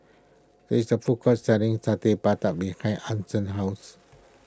there is a food court selling Satay Babat behind Ason's house